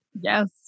Yes